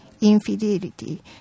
infidelity